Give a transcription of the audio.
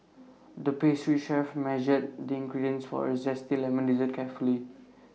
the pastry chef measured the ingredients for A Zesty Lemon Dessert carefully